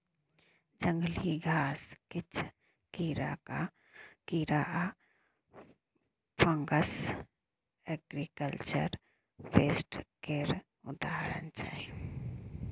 जंगली घास, किछ कीरा आ फंगस एग्रीकल्चर पेस्ट केर उदाहरण छै